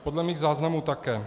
Podle mých záznamů také.